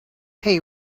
hey